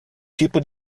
tipo